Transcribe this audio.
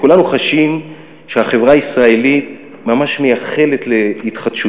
כולנו חשים שהחברה הישראלית ממש מייחלת להתחדשות.